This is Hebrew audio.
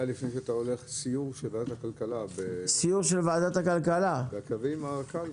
אני רוצה להציע לפני שאתה הולך סיור של ועדת הכלכלה בקווי הרכ"לים.